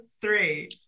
three